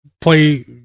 play